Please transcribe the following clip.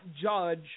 judge